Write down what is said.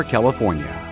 California